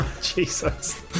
Jesus